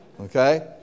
Okay